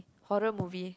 horror movie